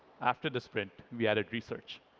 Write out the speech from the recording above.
after the sprint, we added research.